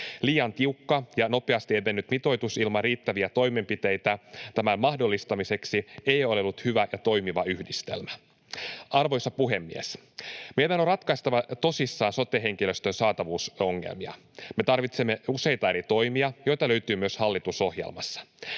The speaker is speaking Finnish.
Liian tiukka ja nopeasti edennyt mitoitus ilman riittäviä toimenpiteitä tämän mahdollistamiseksi ei ole ollut hyvä ja toimiva yhdistelmä. Arvoisa puhemies! Meidän on ratkaistava tosissamme sote-henkilöstön saatavuusongelmia. Me tarvitsemme useita eri toimia, joita löytyy myös hallitusohjelmasta.